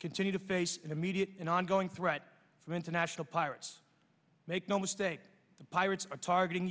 continue to face an immediate and ongoing threat from international pirates make no mistake the pirates are targeting